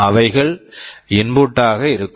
அவைகள் input input டாக இருக்கும்